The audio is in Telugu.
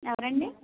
ఎవరండి